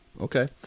Okay